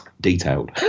detailed